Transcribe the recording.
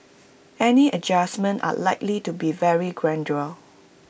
any adjustments are likely to be very gradual